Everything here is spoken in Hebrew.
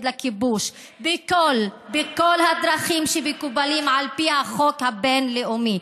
לכיבוש בכל הדרכים שמקובלות על פי החוק הבין-לאומי,